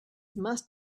must